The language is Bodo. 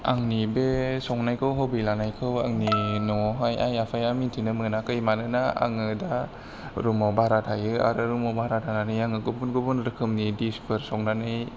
आंनि बे संनायखौ हबि लानायखौ आंनि न'आवहाय आइ आफाया मिथिनो मोनाखै मानोना आङो दा रूमाव भारा थायो आरो रूमाव भारा थानानै आङो गुबुन गुबुन रोखोमनि डिशफोर संनानै